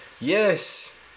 yes